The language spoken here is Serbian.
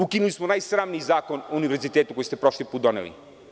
Ukinuli smo najsramniji Zakon o univerzitetu koji ste prošli put doneli.